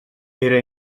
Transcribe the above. era